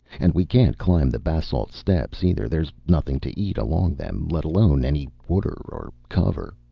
and we can't climb the basalt steppes, either there's nothing to eat along them, let alone any water or cover.